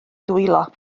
dwylo